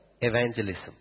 evangelism